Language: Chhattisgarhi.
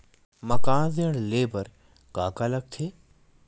मकान ऋण ले बर का का लगथे?